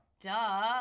Duh